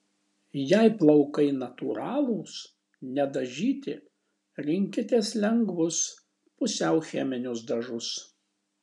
jei plaukai natūralūs nedažyti rinkitės lengvus pusiau cheminius dažus